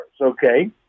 okay